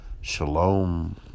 Shalom